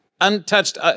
untouched